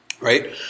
right